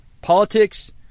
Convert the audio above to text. Politics